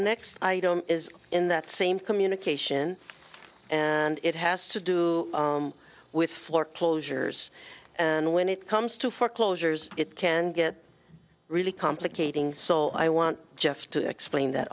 next item is in that same communication and it has to do with floor closures and when it comes to foreclosures it can get really complicating so i want jeff to explain that